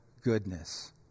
goodness